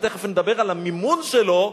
שתיכף נדבר על המימון שלו,